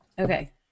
Okay